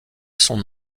son